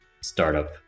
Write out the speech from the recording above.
startup